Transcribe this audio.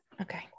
Okay